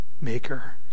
maker